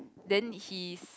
then he's